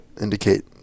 indicate